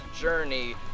journey